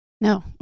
no